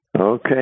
Okay